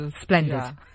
splendid